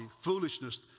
foolishness